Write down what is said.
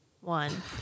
one